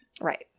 right